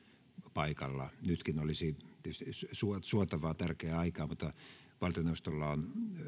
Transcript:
paikalla nytkin se olisi tietysti suotavaa tärkeää mutta valtioneuvostolla on